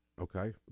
Okay